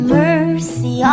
mercy